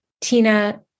Tina